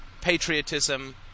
patriotism